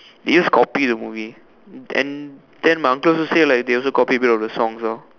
they just copy the movie and then my uncle also say like they also copy a bit of the songs ah